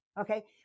okay